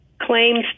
claims